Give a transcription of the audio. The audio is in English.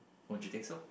won't you think so